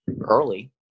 early